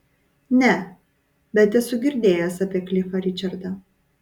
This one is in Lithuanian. ne bet esu girdėjęs apie klifą ričardą